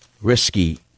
risky